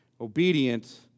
obedient